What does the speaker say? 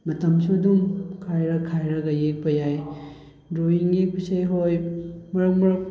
ꯃꯇꯝꯁꯨ ꯑꯗꯨꯝ ꯈꯥꯏꯔ ꯈꯥꯏꯔꯒ ꯌꯦꯀꯄ ꯌꯥꯏ ꯗ꯭ꯔꯣꯋꯤꯡ ꯌꯦꯛꯄꯁꯦ ꯍꯣꯏ ꯃꯔꯛ ꯃꯔꯛ